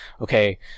okay